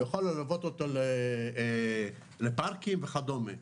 יכול ללוות אותו לפארקים וכדומה.